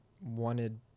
wanted